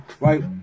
Right